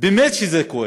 באמת שזה כואב.